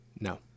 No